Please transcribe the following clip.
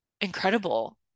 incredible